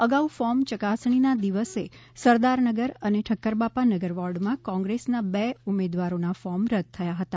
અગાઊ form ચકાસણીના દિવસે સરદારનગર અને ઠક્કરબાપાનગર વોર્ડમાં કોંગ્રેસના બે ઉમેદવારોના ફોર્મ રદ્દ થયા હતા